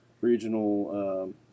regional